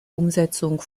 umsetzung